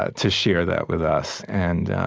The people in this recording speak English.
ah to share that with us. and